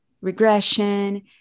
regression